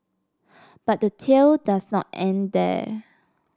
but the tail does not end there